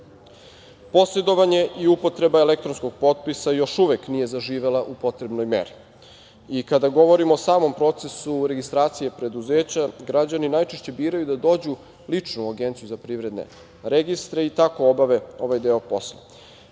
poslovanja. Posedovanje i upotreba elektronskog potpisa još uvek nije zaživela u potrebnoj meri. I kada govorimo o samom procesu registracije preduzeća građani najčešće biraju da dođu lično u Agenciju za privredne i registre i tako obave ovaj deo posla. Važno